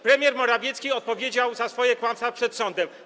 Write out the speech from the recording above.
Premier Morawiecki odpowiedział za swoje kłamstwa przed sądem.